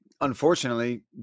unfortunately